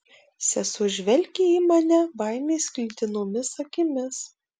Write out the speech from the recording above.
sesuo žvelgė į mane baimės sklidinomis akimis